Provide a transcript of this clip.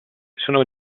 sono